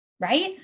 right